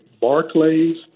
Barclays